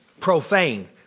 Profane